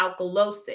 alkalosis